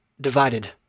Divided